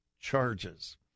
charges